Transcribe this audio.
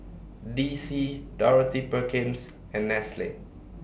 D C Dorothy Perkins and Nestle